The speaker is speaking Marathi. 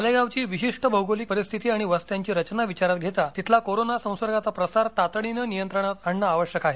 मालेगावची विशिष्ट भौगोलिक परिस्थिती आणि वस्त्यांची रचना विचारात घेता तिथला कोरोना संसर्गाचा प्रसार तातडीनं नियंत्रणात आणणं आवश्यक आहे